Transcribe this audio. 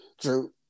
True